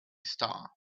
star